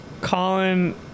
Colin